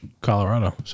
Colorado